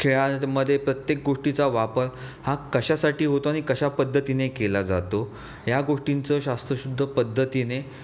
खेळामध्ये प्रत्येक गोष्टीचा वापर हा कशासाठी होतो आणि कशा पद्धतीने केला जातो या गोष्टींचं शास्त्रशुद्ध पद्धतीने